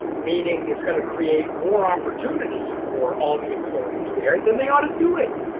meaning it's going to create more opportunity for all the employees there, then they ought to do it.